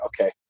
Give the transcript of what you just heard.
okay